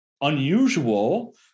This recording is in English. unusual